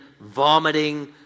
vomiting